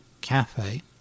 cafe